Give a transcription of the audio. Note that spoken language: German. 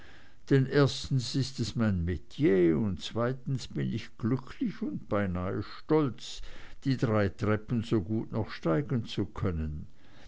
denn erstens ist es mein metier und zweitens bin ich glücklich und beinahe stolz die drei treppen so gut noch steigen zu können